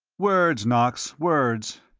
words, knox, words.